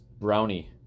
brownie